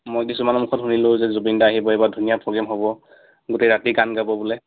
মই কিছুমানৰ মুখত শুনিলোঁ যে জুবিন দা আহিব এইবাৰ ধুনীয়া প্ৰ'গ্ৰেম হ'ব গোটেই ৰাতি গান গাব বোলে